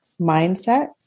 mindset